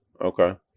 okay